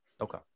Okay